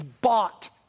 bought